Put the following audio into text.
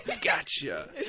gotcha